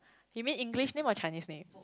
you mean English name or Chinese name